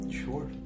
Sure